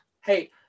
hey